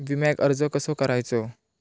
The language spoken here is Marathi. विम्याक अर्ज कसो करायचो?